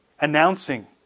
announcing